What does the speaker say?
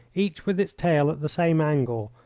each with its tail at the same angle,